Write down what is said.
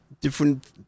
different